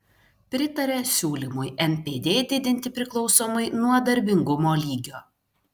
pritaria siūlymui npd didinti priklausomai nuo darbingumo lygio